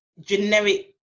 generic